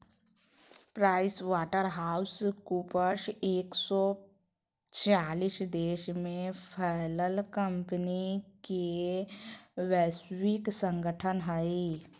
price water house coopers एक सो चालीस देश में फैलल कंपनि के वैश्विक संगठन हइ